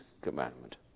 commandment